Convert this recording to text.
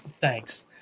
Thanks